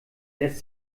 lässt